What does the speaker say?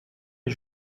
est